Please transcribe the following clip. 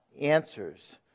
answers